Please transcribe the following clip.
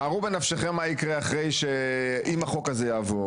שערו בנפשכם מה יקרה אחרי אם החוק הזה יעבור